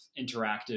interactive